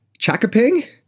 Chakaping